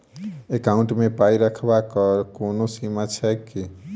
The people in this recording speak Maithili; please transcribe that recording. एकाउन्ट मे पाई रखबाक कोनो सीमा छैक की?